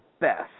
best